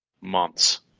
months